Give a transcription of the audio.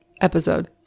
episode